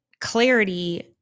clarity